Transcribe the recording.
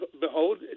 behold